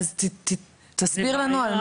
תסביר לנו.